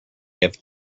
have